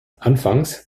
anfangs